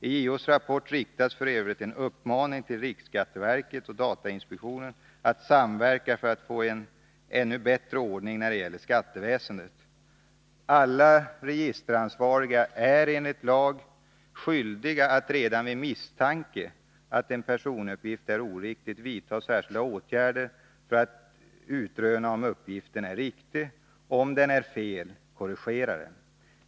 I JO:s rapport riktas f. ö. en uppmaning till riksskatteverket och datainspektionen att samverka för att få en ännu bättre ordning när det gäller skatteväsendet. Alla registeransvariga är enligt lag skyldiga att redan vid misstanke att en personuppgift är oriktig vidta skäliga åtgärder för att utröna om uppgiften är riktig och att, om den är fel, korrigera den.